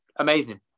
Amazing